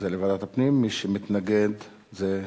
זה לוועדת הפנים, מי שמתנגד, זה הסרה.